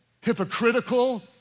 hypocritical